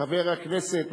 חבר הכנסת,